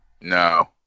No